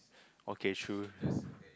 okay true